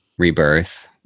rebirth